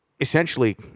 essentially